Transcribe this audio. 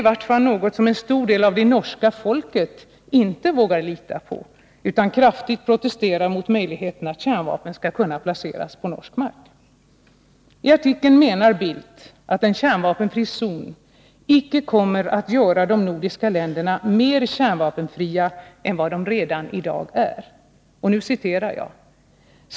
Detta är något som en stor del av det norska folket i vart fall inte vågar lita på, utan man protesterar kraftigt mot möjligheten att kärnvapen skall kunna placeras på norsk mark. Tartikeln menar Carl Bildt att en kärnvapenfri zon icke kommer att göra de nordiska länderna mer kärnvapenfria än vad de redan i dag är.